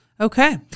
Okay